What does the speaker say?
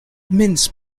mince